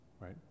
right